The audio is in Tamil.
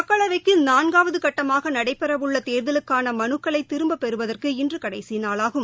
மக்களவைக்குநான்காவதுகட்டமாகநடைபெறவுள்ளதேர்தலுக்கானமலுக்களைதிருப்பபெறுவதற்கு இன்றுகடைசிநாளாகும்